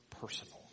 personal